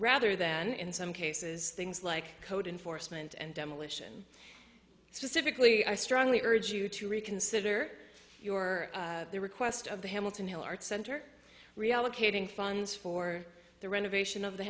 rather than in some cases things like code enforcement and demolition specifically i strongly urge you to reconsider your request of the hamilton hill arts center reallocating funds for the renovation of the